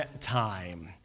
time